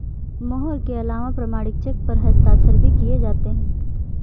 मोहर के अलावा प्रमाणिक चेक पर हस्ताक्षर भी किये जाते हैं